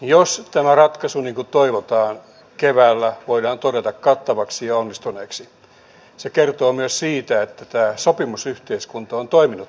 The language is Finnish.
jos tämä ratkaisu niin kuin toivotaan keväällä voidaan todeta kattavaksi ja onnistuneeksi se kertoo myös siitä että tämä sopimusyhteiskunta on toiminut tässä yhteiskunnassa